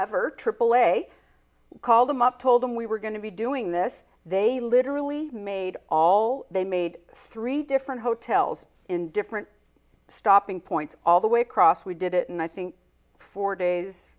aaa called them up told them we were going to be doing this they literally made all they made three different hotels in different stopping points all the way across we did it and i think four days